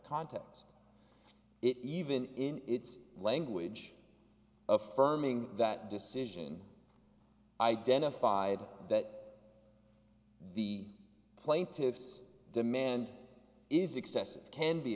it even in its language affirming that decision identified that the plaintiffs demand is excessive can be